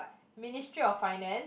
Ministry of Finance